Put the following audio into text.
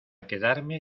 quedarme